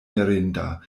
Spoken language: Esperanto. mirinda